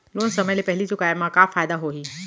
Loan समय ले पहिली चुकाए मा का फायदा होही?